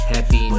Happy